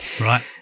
Right